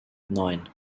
nine